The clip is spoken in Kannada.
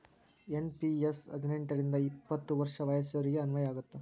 ಎನ್.ಪಿ.ಎಸ್ ಹದಿನೆಂಟ್ ರಿಂದ ಎಪ್ಪತ್ ವರ್ಷ ವಯಸ್ಸಿನೋರಿಗೆ ಅನ್ವಯ ಆಗತ್ತ